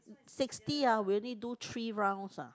sixty ah we only do three rounds what